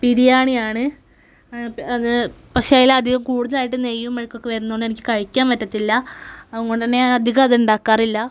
ബിരിയാണിയാണ് അത് പക്ഷേയെങ്കിൽ അത് കൂടുതലായിട്ടും നെയ്യും മെഴുക്കുമൊക്കെ വരുന്നതുകൊണ്ട് എനിക്ക് കഴിക്കാൻ പറ്റത്തില്ല അതുകൊണ്ടുതന്നെ ഞാൻ അധികം അത് ഉണ്ടാക്കാറില്ല